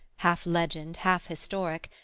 half-legend, half-historic,